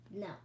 No